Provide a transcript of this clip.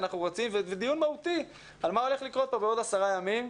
זה דיון מהותי על מה הולך לקרות פה בעוד עשרה ימים.